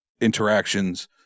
interactions